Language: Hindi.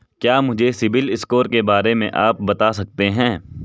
क्या मुझे सिबिल स्कोर के बारे में आप बता सकते हैं?